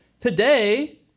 today